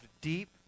deep